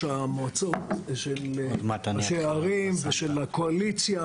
המועצות ושל ראשי הערים ושל הקואליציה,